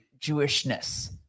Jewishness